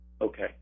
Okay